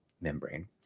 membrane